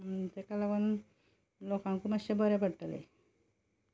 तेका लागून लोकांकूय मातशें बऱ्या पडटलें